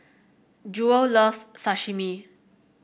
Jewell loves Sashimi